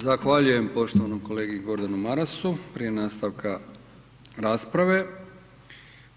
Zahvaljujem poštovanom kolegi Gordanu Marasu, prije nastavka rasprave